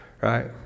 right